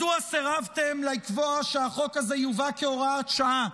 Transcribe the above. מדוע סירבתם לקבוע שהחוק הזה יובא כהוראת שעה,